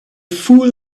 fool